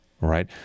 right